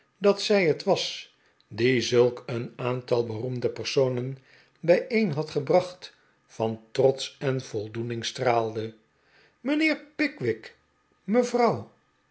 dat zij het was die zulk een aantal beroemde personen bijeen had gebracht van trots en voldoening straalde mijnheer pickwick mevrouw